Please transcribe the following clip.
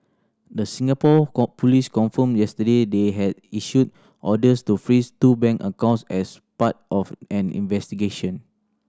the Singapore police confirmed yesterday they had issued orders to freeze two bank accounts as part of an investigation